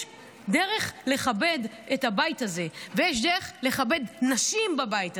יש דרך לכבד את הבית הזה ויש דרך לכבד נשים בבית הזה.